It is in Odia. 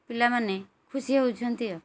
ପିଲାମାନେ ଖୁସି ହେଉଛନ୍ତି ଆଉ